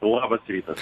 labas rytas